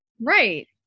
Right